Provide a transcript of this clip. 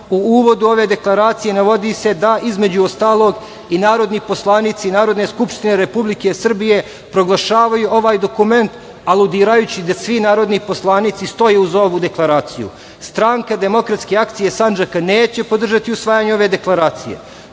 u uvodu ove deklaracije navodi se, između ostalog da i narodni poslanici Narodne skupštine Republike Srbije proglašavaju ovaj dokument, aludirajući da svi narodni poslanici stoje uz ovu deklaraciju. Stranka Demokratske akcije Sancaka, neće podržati usvajanje ove deklaracije. Kao